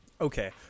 okay